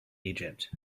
egypt